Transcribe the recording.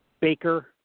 Baker